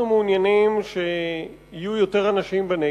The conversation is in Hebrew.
אנחנו מעוניינים שיהיו יותר אנשים בנגב,